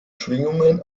schwingungen